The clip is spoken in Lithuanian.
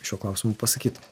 šiuo klausimu pasakyt